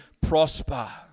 prosper